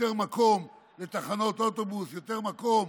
יותר מקום לתחנות אוטובוס, יותר מקום